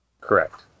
Correct